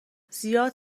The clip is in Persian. زیاد